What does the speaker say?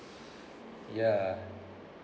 ya